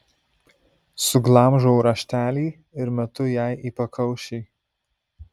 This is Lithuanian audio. suglamžau raštelį ir metu jai į pakaušį